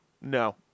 No